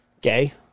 Gay